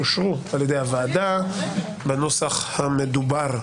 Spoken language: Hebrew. אושרו על ידי הוועדה בנוסח המדובר.